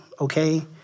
okay